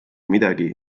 midagi